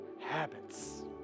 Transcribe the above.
Habits